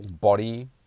body